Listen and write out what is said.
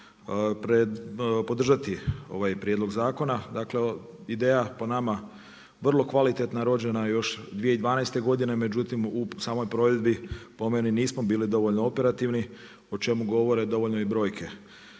podržati ovaj prijedlog zakona. Dakle, ideja je po nama vrlo kvalitetna. Rođena je još 2012. godine, međutim u samoj provedbi po meni nismo bili dovoljno operativni o čemu govore dovoljno i brojke.